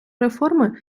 реформи